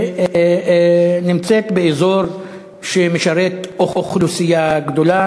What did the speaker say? אז בערבית קוראים לזה "אל-מֻסתשפא אל-אִנגליזי".